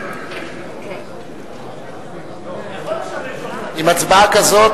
יכול לשרת אותך.